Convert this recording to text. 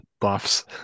Buffs